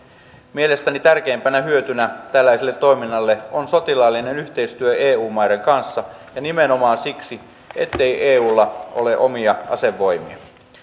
mielestäni tärkeimpänä hyötynä tällaiselle toiminnalle on sotilaallinen yhteistyö eu maiden kanssa ja nimenomaan siksi ettei eulla ole omia asevoimia